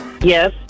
Yes